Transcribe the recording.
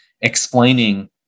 explaining